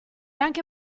anche